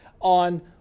on